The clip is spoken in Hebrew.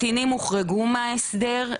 הקטינים הוחרגו מההסדר,